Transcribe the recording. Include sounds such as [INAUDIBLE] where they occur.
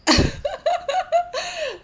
[LAUGHS]